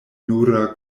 nura